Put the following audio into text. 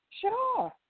Sure